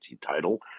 title